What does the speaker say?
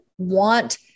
want